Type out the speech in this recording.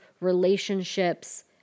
relationships